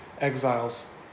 exiles